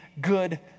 good